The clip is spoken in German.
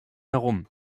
herum